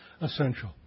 essential